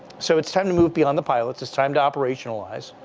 so it's time to move beyond the pilots. it's time to operationalize.